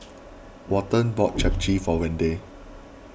Welton bought Japchae for Wendell